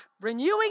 renewing